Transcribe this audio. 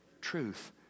truth